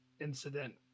incident